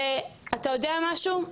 ואתה יודע משהו?